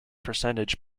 percentage